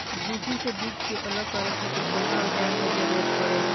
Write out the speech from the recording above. भूसी से बीज के अलग करे खातिर कउना औजार क जरूरत पड़ेला?